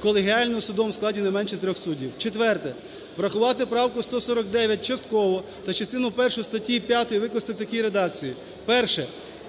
колегіально судом у складі не менше трьох суддів". Четверте. Врахувати правку 149 частково та частину першу статті 5 викласти у такій редакції: "Перше.